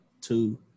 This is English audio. two